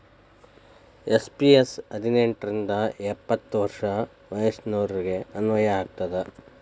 NPS ಹದಿನೆಂಟ್ ರಿಂದ ಎಪ್ಪತ್ ವರ್ಷ ವಯಸ್ಸಿನೋರಿಗೆ ಅನ್ವಯ ಆಗತ್ತ